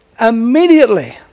immediately